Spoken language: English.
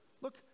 Look